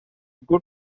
good